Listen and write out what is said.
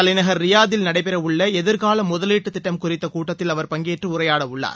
தலைநகர் ரியாத்தில் நடைபெறவுள்ள எதிர்கால முதலீட்டு திட்டம் குறித்த கூட்டத்தில் அவர் பங்கேற்று உரையாடவுள்ளார்